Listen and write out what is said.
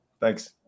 Thanks